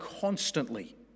constantly